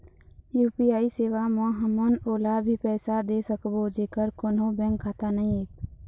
UPI सेवा म हमन ओला भी पैसा दे सकबो जेकर कोन्हो बैंक खाता नई ऐप?